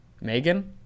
Megan